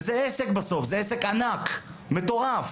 בסוף זה עסק זה עסק ענק, מטורף